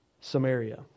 Samaria